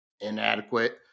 inadequate